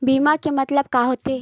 बीमा के मतलब का होथे?